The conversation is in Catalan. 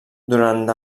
durant